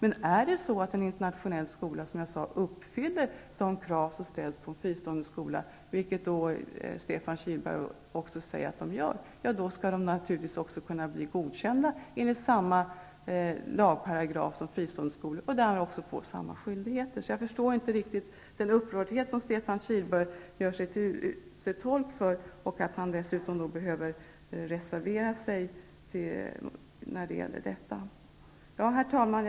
Men är det så att en internationell skola uppfyller de krav som ställs på en fristående skola, vilket Stefan Kihlberg säger att de internationella skolorna gör, skall den naturligtvis också kunna bli godkänd enligt den lagparagraf som tillämpas för fristående skolor och därmed också få samma skyldigheter. Jag förstår därför inte riktigt den upprördhet som Stefan Kihlberg gör sig till tolk för och att han dessutom behöver reservera sig i den här frågan. Herr talman!